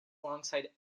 alongside